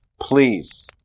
Please